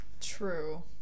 True